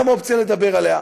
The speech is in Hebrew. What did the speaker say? גם זו אופציה לדבר עליה.